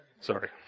Sorry